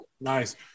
Nice